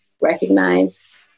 recognized